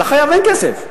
אבל לחייב אין כסף.